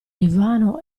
divano